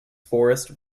forest